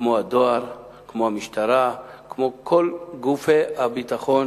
כמו הדואר, כמו המשטרה, כמו כל גופי הביטחון